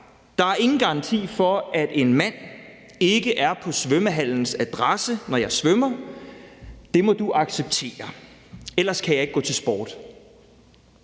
der er ingen garanti for, at en mand ikke er på svømmehallens adresse, når jeg svømmer; det må du acceptere, for ellers kan jeg ikke gå til sport.